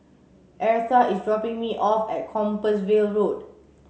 Eartha is dropping me off at Compassvale Road